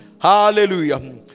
Hallelujah